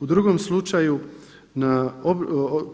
U drugom slučaju